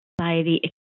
society